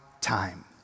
time